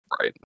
Right